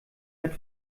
hat